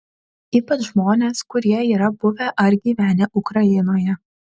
ypač žmonės kurie yra buvę ar gyvenę ukrainoje